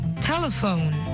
Telephone